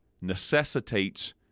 necessitates